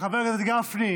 חבר הכנסת גפני,